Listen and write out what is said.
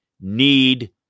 need